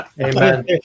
Amen